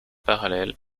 parallèle